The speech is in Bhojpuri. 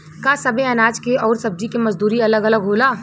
का सबे अनाज के अउर सब्ज़ी के मजदूरी अलग अलग होला?